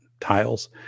tiles